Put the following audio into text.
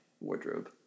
wardrobe